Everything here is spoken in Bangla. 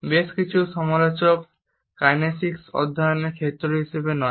বেশ কিছু সমালোচক কাইনেসিক্সকে অধ্যয়নের ক্ষেত্র হিসাবে নয়